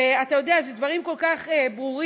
ואתה יודע, אלה דברים כל כך ברורים,